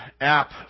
app